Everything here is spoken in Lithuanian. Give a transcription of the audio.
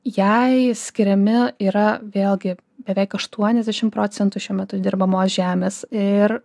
jai skiriami yra vėlgi beveik aštuoniadešimt procentų šiuo metu dirbamos žemės ir